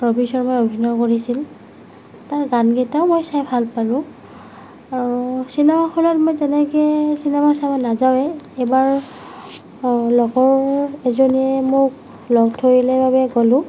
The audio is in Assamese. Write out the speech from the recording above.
ৰবি শৰ্মাই অভিনয় কৰিছিল তাৰ গানকেইটাও মই চাই ভাল পালোঁ আৰু চিনেমাখনত মই তেনেকৈ চিনেমা চাবলৈ নাযাওঁৱে এইবাৰ লগৰ এজনীয়ে মোক লগ ধৰিলে বাবে গলোঁ